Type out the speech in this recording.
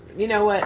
you know what,